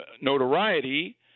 notoriety